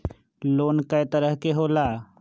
Loan कय तरह के होला?